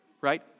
right